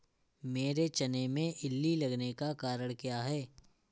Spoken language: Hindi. मेरे चने में इल्ली लगने का कारण क्या है?